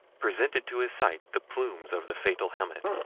presented to his sight the plumes of the fatal helmet,